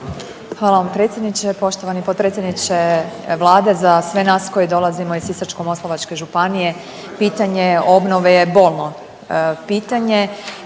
Hvala vam predsjedniče. Poštovani potpredsjedniče Vlade, za sve nas koji dolazimo iz Sisačko-moslavačke županije pitanje obnove je bolno pitanje